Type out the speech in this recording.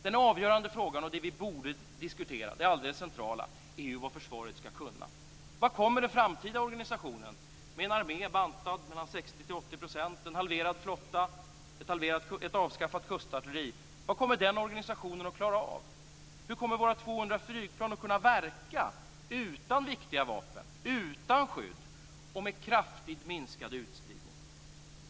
Den avgörande frågan och det vi borde diskutera - det alldeles centrala - är vad försvaret ska kunna. Vad kommer den framtida organisationen med en armé bantad med 60-80 %, en halverad flotta och ett avskaffat kustartilleri att klara av? Hur kommer våra 200 flygplan att kunna verka utan viktiga vapen, utan skydd och med kraftigt minskad utspridning?